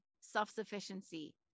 self-sufficiency